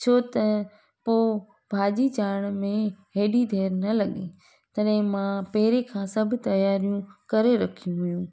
छो त पोइ भाॼी चाढ़ण में हेॾी देरि न लॻी तॾहिं मां पहिरीं खां सभ तयारियूं करे रखी हुयूं